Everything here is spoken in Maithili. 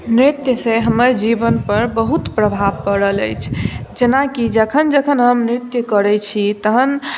नृत्यसँ हमर जीवनपर बहुत प्रभाव पड़ल अछि जेनाकि जखन जखन हम नृत्य करैत छी तहन